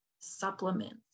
supplements